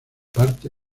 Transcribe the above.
parte